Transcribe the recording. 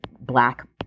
black